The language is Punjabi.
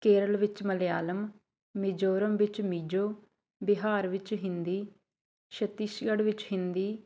ਕੇਰਲ ਵਿੱਚ ਮਲਿਆਲਮ ਮਿਜ਼ੋਰਮ ਵਿੱਚ ਮਿਜ਼ੋ ਬਿਹਾਰ ਵਿੱਚ ਹਿੰਦੀ ਛੱਤੀਸਗੜ੍ਹ ਵਿੱਚ ਹਿੰਦੀ